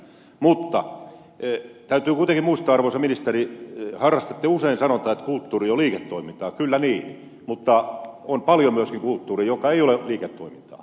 mutta täytyy kuitenkin muistaa arvoisa ministeri kun harrastatte usein sanontaa että kulttuuri on liiketoimintaa että kyllä niin mutta on paljon myöskin kulttuuria joka ei ole liiketoimintaa